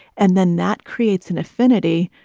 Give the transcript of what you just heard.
and then that creates an affinity,